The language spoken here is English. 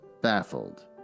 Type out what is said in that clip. baffled